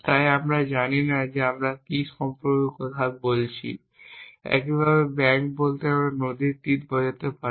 তাই আমরা জানি না আমরা কী সম্পর্কে কথা বলছি । একইভাবে ব্যাঙ্ক বলতে নদীর তীর বোঝাতে পারে